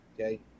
okay